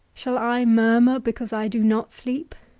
shall i murmur because i do not sleep?